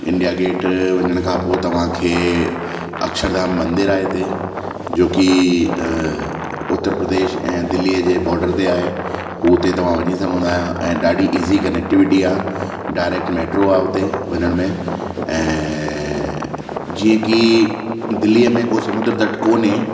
India gate वञण खां पोइ तव्हांखे अक्षरधाम मंदरु आहे हिते जो की उतर प्रदेश ऐं दिल्लीअ जे बॉर्डर ते आहे हूं हुते तव्हां वञी सघंदा ऐं ॾाढी इज़ी कनैक्टिविटी आहे डायरेक्ट मेट्रो आहे उते वञण में ऐं जीअं की दिल्लीअ में को समुद्र तट कोन्हे